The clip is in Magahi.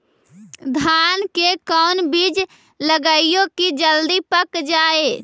धान के कोन बिज लगईयै कि जल्दी पक जाए?